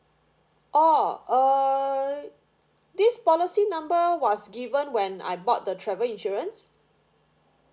orh err this policy number was given when I bought the travel insurance